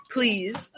Please